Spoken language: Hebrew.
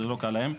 זה לא קל להם.